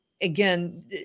Again